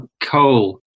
coal